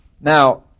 Now